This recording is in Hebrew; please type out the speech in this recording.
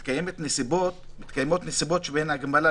הדברים שיהיו ברשימה - במקרי קיצון ייסגרו.